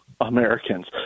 Americans